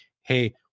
Hey